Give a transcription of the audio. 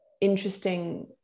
interesting